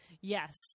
Yes